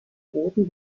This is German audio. boden